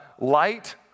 Light